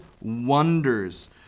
wonders